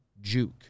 Juke